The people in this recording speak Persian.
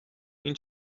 این